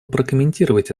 прокомментировать